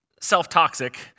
self-toxic